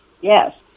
Yes